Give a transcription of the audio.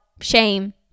shame